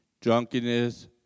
drunkenness